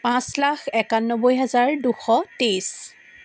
পাঁচ লাখ একান্নব্বৈ হাজাৰ দুশ তেইছ